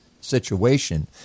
situation